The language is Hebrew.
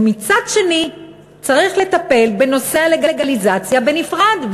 ומצד שני צריך לטפל בנושא הלגליזציה בנפרד,